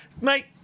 mate